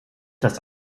das